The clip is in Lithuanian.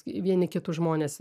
vieni kitus žmonės